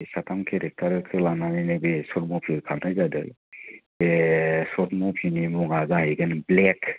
बे साथाम केरेक्टारखौ लानानैनो बे सर्ट मुभि खालामनाय जादों बे सर्ट मुभिनि मुङा जाहैगोन ब्लेक